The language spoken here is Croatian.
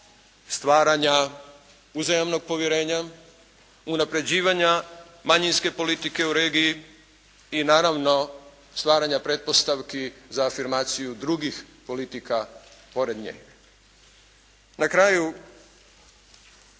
stvaranja uzajamnog povjerenja, unapređivanja manjinske politike u regiji i naravno stvaranja pretpostavki za afirmaciju drugih politika pored nje. Na kraju